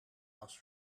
was